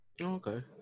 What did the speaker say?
Okay